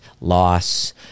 loss